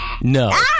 No